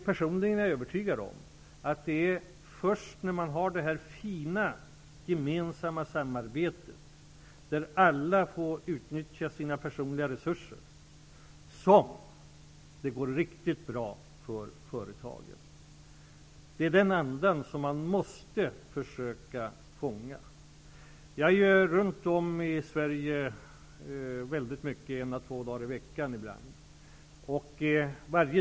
Personligen är jag övertygad om att det först är när man har det här fina gemensamma samarbetet, där alla får utnyttja sina personliga resurser, som det går riktigt bra för företagen. Det är den ändan som man måste försöka fånga. Jag åker runt i Sverige väldigt mycket, en à två dagar i veckan ibland.